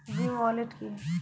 Bhim wallet কি?